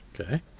okay